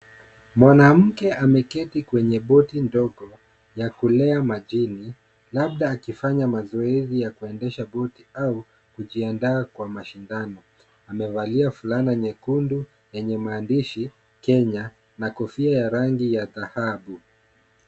Mwanamke ameketi kwenye boti ndogo, ya kulea majini, labda akifanya mazoezi ya kuendesha boti au kujiandaa kwa mashindano. Amevalia fulana nyekundu yenye maandishi Kenya na kofia ya rangi ya dhahabu.